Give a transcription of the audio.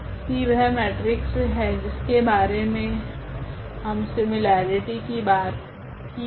P वह metrics है जिसके बारे मे हम सिमिलरिटी की बात की है